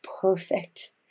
perfect